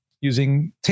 using